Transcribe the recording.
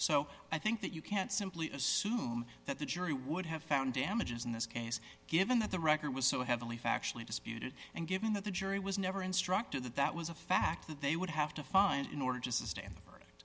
so i think that you can't simply assume that the jury would have found damages in this case given that the record was so heavily factually disputed and given that the jury was never instructed that that was a fact that they would have to find in order just to sta